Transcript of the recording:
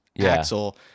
Axel